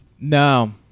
No